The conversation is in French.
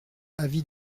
avis